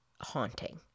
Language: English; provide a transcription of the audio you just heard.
haunting